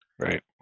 Right